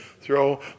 throw